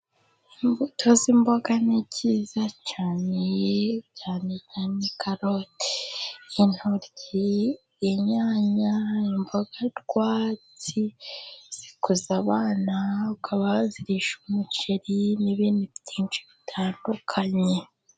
imbuto z'imboga ni nziza cyane, cyane cyane karoti, intoryi, inyanya, imboga rwatsi zikuza abana, ukaba wazirisha umuceri n'ibindi byinshi bitandukanye.